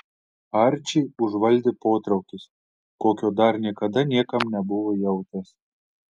arčį užvaldė potraukis kokio dar niekada niekam nebuvo jautęs